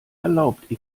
erlaubt